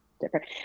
different